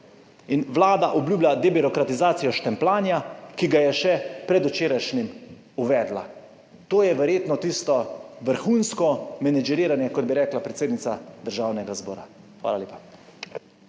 saj vlada obljublja debirokratizacijo štempljanja, ki ga je uvedla predvčerajšnjim. To je verjetno tisto vrhunsko menedžeriranje, kot bi rekla predsednica Državnega zbora. Hvala lepa.